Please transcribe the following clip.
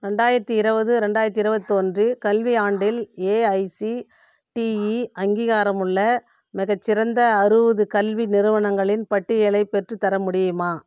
ரெண்டாயிரத்து இருபது ரெண்டாயிரத்து இருபத்தொன்றில் கல்வியாண்டில் ஏஐசிடிஇ அங்கீகாரமுள்ள மிகச்சிறந்த அறுபது கல்வி நிறுவனங்களின் பட்டியலை பெற்றுத்தர முடியுமா